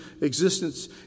existence